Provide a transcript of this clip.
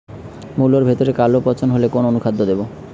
মুলোর ভেতরে কালো পচন হলে কোন অনুখাদ্য দেবো?